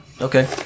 Okay